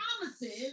promises